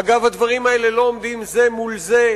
אגב, הדברים האלה לא עומדים זה מול זה,